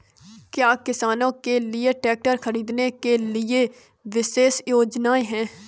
क्या किसानों के लिए ट्रैक्टर खरीदने के लिए विशेष योजनाएं हैं?